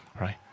Right